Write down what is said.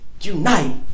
Unite